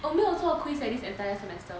我没有做 quiz at this entire semester